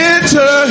Enter